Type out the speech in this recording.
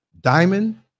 diamond